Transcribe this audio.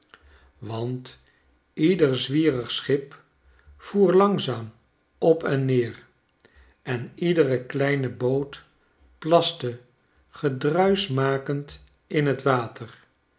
want ieder zwierig schip voer langzaam op en neer en iedere kleine boot plaste gedruischmakend in t water